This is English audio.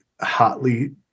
hotly